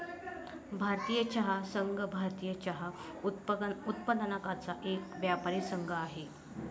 भारतीय चहा संघ, भारतीय चहा उत्पादकांचा एक व्यापारी संघ आहे